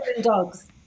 dogs